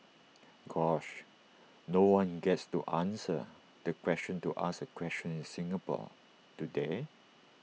gosh no one gets to answer the question to ask A question in Singapore do they